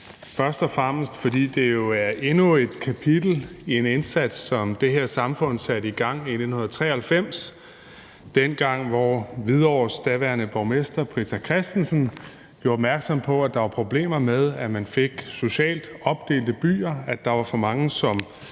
først og fremmest, fordi det er endnu et kapitel i en indsats, som det her samfund satte i gang i 1993, nemlig dengang, da Hvidovres daværende borgmester Britta Christensen gjorde opmærksom på, at der var problemer med, at man fik socialt opdelte byer, at der var for mange, der